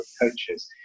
coaches